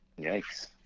Yikes